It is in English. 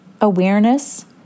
awareness